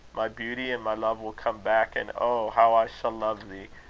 my beauty and my love will come back and oh! how i shall love thee,